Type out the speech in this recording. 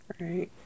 right